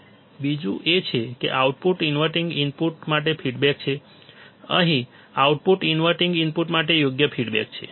બીજું એ છે કે આઉટપુટ ઇનવર્ટિંગ ઇનપુટ માટે ફીડબેક છે અહીં આઉટપુટ ઇનવર્ટીંગ ઇનપુટ માટે યોગ્ય ફીડબેક છે